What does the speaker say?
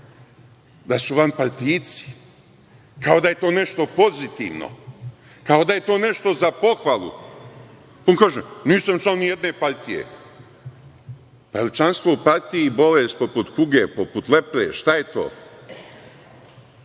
da su vanpartijci, kao da je to nešto pozitivno, kao da je to nešto za pohvalu. On kaže – nisam član nijedne partije. Je li članstvo u partiji bolest poput kuge, poput lepre, šta je to?